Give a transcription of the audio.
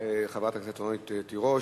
ולחברת הכנסת רונית תירוש,